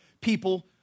people